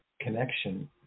connection